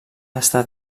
estat